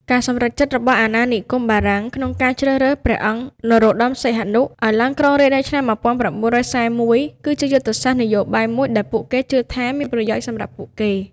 ការសម្រេចចិត្តរបស់អាណានិគមបារាំងក្នុងការជ្រើសរើស ព្រះអង្គនរោត្ដម សីហនុ ឱ្យឡើងគ្រងរាជ្យនៅឆ្នាំ១៩៤១ គឺជាយុទ្ធសាស្ត្រនយោបាយមួយដែលពួកគេជឿថាមានប្រយោជន៍សម្រាប់ពួកគេ។